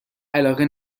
علاقه